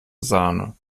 sahne